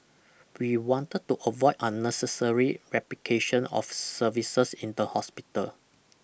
we wanted to avoid unnecessary replication of services in the hospital